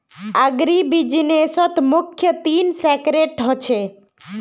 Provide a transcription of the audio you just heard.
अग्रीबिज़नेसत मुख्य तीन सेक्टर ह छे